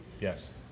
Yes